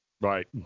Right